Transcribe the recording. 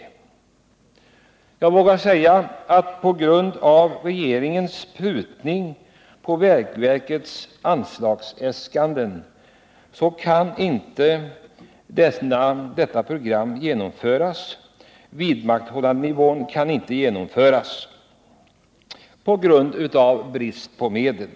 Jag vågar säga att på grund av regeringens prutning på vägverkets anslagsäskanden kan detta program inte genomföras. Vidmakthållandenivån kan inte klaras av brist på medel.